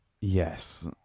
Yes